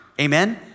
Amen